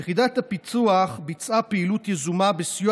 יחידת הפיצו"ח ביצעה פעילות יזומה בסיוע